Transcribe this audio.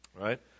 right